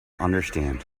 understand